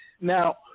Now